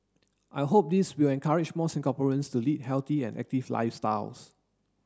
I hope this will encourage more Singaporeans to lead healthy and active lifestyles